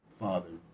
father